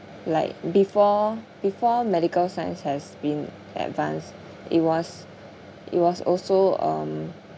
like before before medical science has been advanced it was it was also um